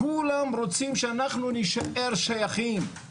כולם רוצים שאנחנו נישאר שייכים.